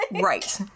right